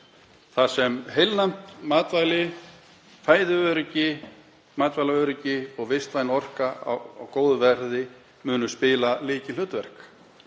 þar sem heilnæm matvæli, fæðuöryggi, matvælaöryggi og vistvæn orka á góðu verði munu spila lykilhlutverk.